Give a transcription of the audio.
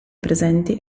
presenti